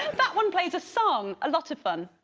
that one plays a song a lot of fun.